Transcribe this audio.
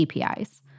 APIs